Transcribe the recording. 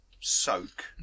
soak